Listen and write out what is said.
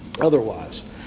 otherwise